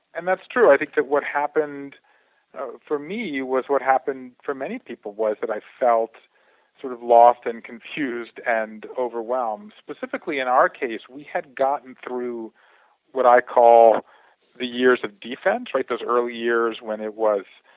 and that's true, i think that what happened for me it was what happened for many people was that i felt sort of lost and confused and overwhelmed specifically in our case we had gotten through what i call the years of defense, right those early years when it was,